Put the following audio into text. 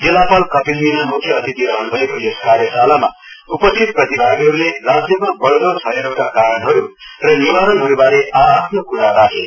जिल्लापाल कपिल मिना म्ख्य अतिथि रहन् भएको यस कार्यशालामा उपस्थित प्रतिभागीहरूले राज्यमा बढ्दो क्षयरोगका कारणहरू र निवारणहरूबारे आ आफ्नो कुरा राखे